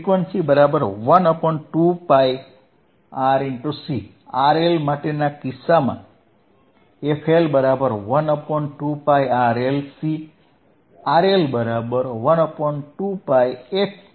frequency 12πRC RL માટેના કેસમાં fL1 2πRLC